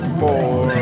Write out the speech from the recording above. four